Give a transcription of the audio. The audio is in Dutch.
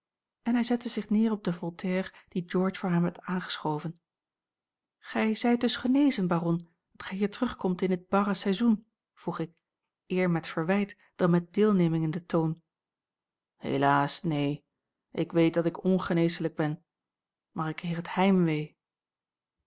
en hij zette zich neer op de voltaire die george voor hem had aangeschoven gij zijt dus genezen baron dat gij hier terugkomt in dit barre seizoen vroeg ik eer met verwijt dan met deelneming in den toon helaas neen ik weet dat ik ongeneeslijk ben maar ik kreeg het